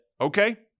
okay